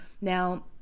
Now